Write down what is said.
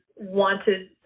wanted